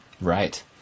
Right